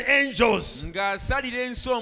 angels